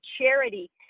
charity